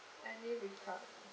any requi~